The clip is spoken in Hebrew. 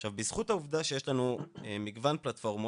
עכשיו, בזכות העובדה שיש לנו מגוון פלטפורמות,